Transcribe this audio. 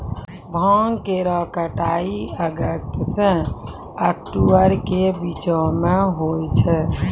भांग केरो कटाई अगस्त सें अक्टूबर के बीचो म होय छै